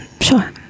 Sure